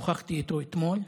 שוחחתי איתו אתמול,